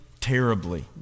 terribly